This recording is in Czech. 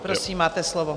Prosím, máte slovo.